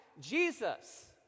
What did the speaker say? Jesus